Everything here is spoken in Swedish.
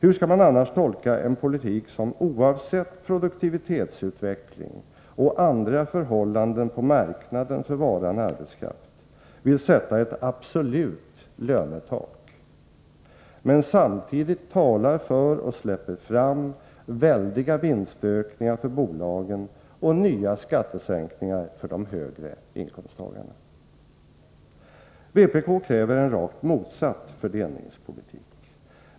Hur skall man annars tolka en politik som oavsett produktivitetsutveckling och andra förhållanden på marknaden för varan arbetskraft vill sätta ett absolut lönetak, men samtidigt talar för och släpper fram väldiga vinstökningar för bolagen och nya skattesänkningar för höginkomsttagarna? Vpk kräver en rakt motsatt fördelningspolitik.